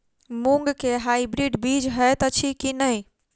मूँग केँ हाइब्रिड बीज हएत अछि की नै?